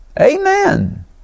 Amen